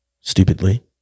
Stupidly